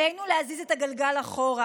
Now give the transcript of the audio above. עלינו להזיז את הגלגל אחורה,